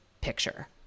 picture